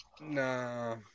Nah